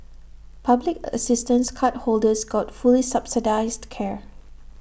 public assistance cardholders got fully subsidised care